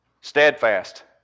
steadfast